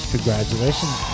Congratulations